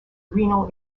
renal